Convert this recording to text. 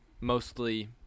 mostly